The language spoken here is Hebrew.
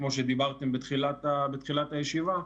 כמו שאמרתם בתחילת הישיבה,